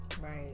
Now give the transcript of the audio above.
Right